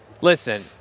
Listen